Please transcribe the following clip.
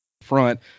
front